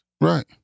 Right